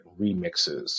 remixes